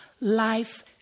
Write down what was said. life